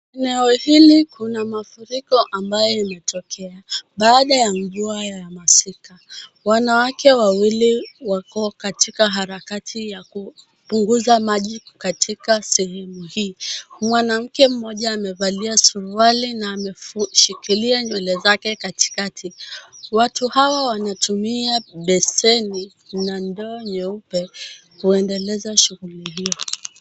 Eneo hili kuna mafuriko ambayo yametokea baada ya mvua ya masika. Wanawake wawili wako katika harakati ya kupunguza maji katika sehemu hii. Mwanamke mmoja amevalia suruali na ameshikilia nywele zake katikati. Watu hawa wanatumia besheni na ndoo nyeupe kuendeleza shughuli hiyo.